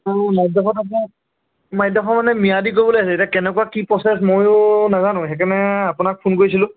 আৰু মাটিডোখৰত আপোনাৰ মাটিডোখৰ মানে ম্যাদি কৰিবলৈ আছে এতিয়া কেনেকুৱা কি প্ৰচেছ ময়ো নাজানো সেইকাৰণে আপোনাক ফোন কৰিছিলোঁ